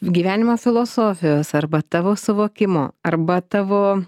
gyvenimo filosofijos arba tavo suvokimo arba tavo